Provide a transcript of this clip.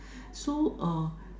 so